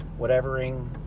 whatevering